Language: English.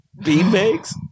Beanbags